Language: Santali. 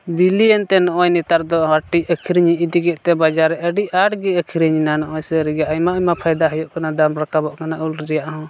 ᱵᱤᱞᱤᱭᱮᱱᱛᱮ ᱱᱚᱜᱼᱚᱸᱭ ᱱᱮᱛᱟᱨ ᱫᱚ ᱱᱚᱜᱼᱚᱸᱭ ᱱᱮᱛᱟᱨ ᱫᱚ ᱦᱚᱲ ᱴᱷᱮᱡ ᱟᱹᱠᱷᱨᱤᱧ ᱤᱧ ᱤᱫᱤ ᱠᱮᱫᱛᱮ ᱵᱟᱡᱟᱨ ᱨᱮ ᱟᱹᱰᱤ ᱟᱸᱴ ᱜᱮ ᱟᱹᱠᱷᱨᱤᱧ ᱮᱱᱟ ᱱᱚᱜᱼᱚᱸᱭ ᱥᱟᱹᱨᱤ ᱜᱮ ᱟᱭᱢᱟ ᱟᱭᱢᱟ ᱯᱷᱟᱭᱫᱟ ᱦᱩᱭᱩᱜ ᱠᱟᱱᱟ ᱫᱟᱢ ᱨᱟᱠᱟᱵᱚᱜ ᱠᱟᱱᱟ ᱩᱞ ᱨᱮᱭᱟᱜ ᱦᱚᱸ